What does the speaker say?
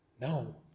No